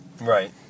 Right